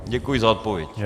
Děkuji za odpověď.